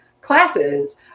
classes